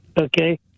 Okay